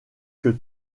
que